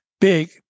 big